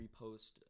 repost